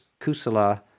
kusala